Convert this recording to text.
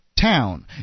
town